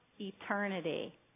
eternity